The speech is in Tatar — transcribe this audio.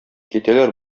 китәләр